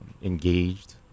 Engaged